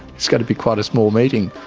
it's going to be quite a small meeting.